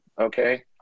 Okay